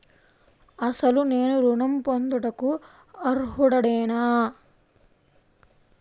అసలు నేను ఋణం పొందుటకు అర్హుడనేన?